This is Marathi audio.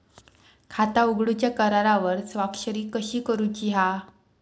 खाता उघडूच्या करारावर स्वाक्षरी कशी करूची हा?